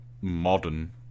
modern